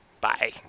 Bye